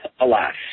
alas